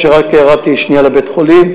או רק ירדתי לשנייה לבית-חולים,